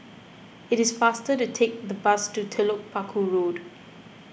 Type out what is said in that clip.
it is faster to take the bus to Telok Paku Road